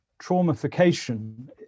traumification